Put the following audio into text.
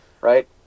right